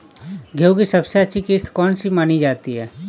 गेहूँ की सबसे अच्छी किश्त कौन सी मानी जाती है?